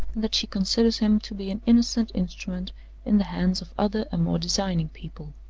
and that she considers him to be an innocent instrument in the hands of other and more designing people.